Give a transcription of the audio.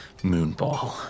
Moonball